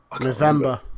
November